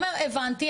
הוא אומר: הבנתי,